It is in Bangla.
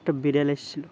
একটা বিড়াল এসেছিলো